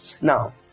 now